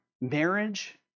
marriage